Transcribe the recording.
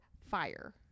fire